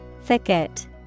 Thicket